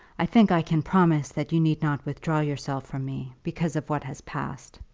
i think i can promise that you need not withdraw yourself from me, because of what has passed.